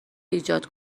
ایجاد